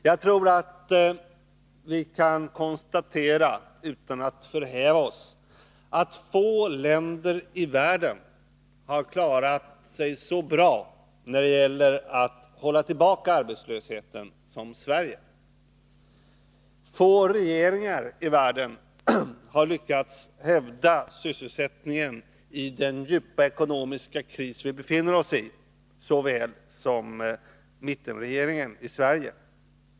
Jag tror att vi utan att förhäva oss kan konstatera att få länder i världen har klarat sig så bra när det gäller att hålla tillbaka arbetslösheten som Sverige. Få regeringar i världen har så väl som mittenregeringen i Sverige lyckats hävda sysselsättningen i den djupa ekonomiska kris som vi befinner oss i.